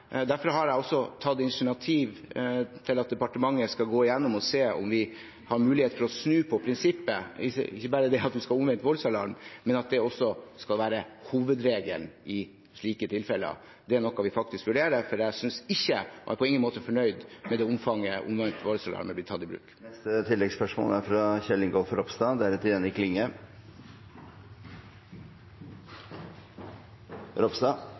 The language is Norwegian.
Derfor har jeg også tatt initiativ til at departementet skal gå igjennom og se på om vi har mulighet for å snu på prinsippet – ikke bare at vi skal ha omvendt voldsalarm, men også at det skal være hovedregelen i slike tilfeller. Det er noe vi faktisk vurderer, for jeg er på ingen måte fornøyd med i hvilket omfang omvendt voldsalarm har blitt tatt i bruk.